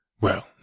Well